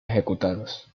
ejecutados